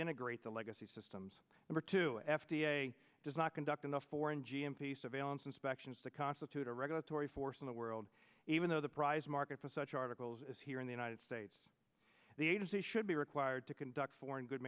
integrate the legacy systems over to f d a does not conduct in the foreign g m p surveillance inspections that constitute a regulatory force in the world even though the prize market for such articles is here in the united states the agency should be required to conduct foreign good